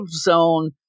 zone